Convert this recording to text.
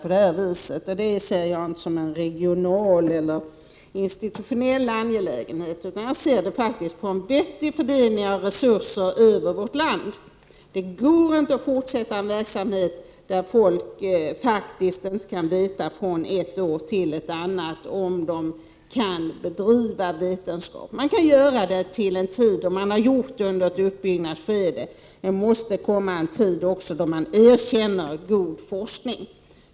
Jag ser inte detta som en regional och institutionell angelägenhet, utan jag tycker faktiskt att det behövs en bättre fördelning av resurserna över vårt land. Det går inte att fortsätta en verksamhet där folk inte kan veta från Prot. 1988/89:32 ett år till ett annat om de kan bedriva vetenskap. Det kan man göra en tid, och 25 november 1988 man har gjort det under uppbyggnadsskedet, men det måste komma en tid. mod og när god forskning erkänns.